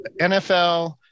NFL